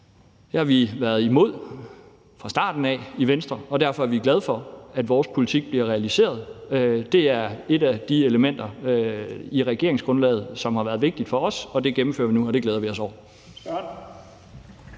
Det har vi været imod fra starten af i Venstre, og derfor er vi glade for, at vores politik bliver realiseret. Det er et af de elementer i regeringsgrundlaget, som har været vigtige for os, og det gennemfører vi nu, og det glæder vi os over.